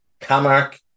Camark